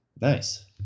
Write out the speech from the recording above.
Nice